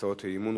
בהצעות האי-אמון.